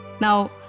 Now